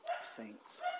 saints